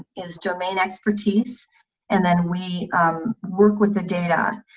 is domain expertise and then we work with the data,